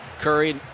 Curry